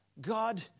God